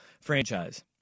franchise